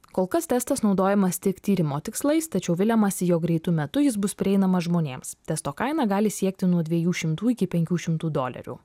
kol kas testas naudojamas tik tyrimo tikslais tačiau viliamasi jog greitu metu jis bus prieinamas žmonėms testo kaina gali siekti nuo dviejų šimtų iki penkių šimtų dolerių